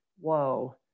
whoa